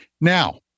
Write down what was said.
Now